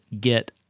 get